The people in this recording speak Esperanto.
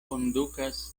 kondukas